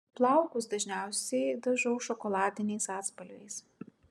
plaukus dažniausiai dažau šokoladiniais atspalviais